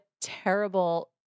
terrible